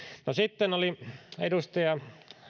sitten pohti edustaja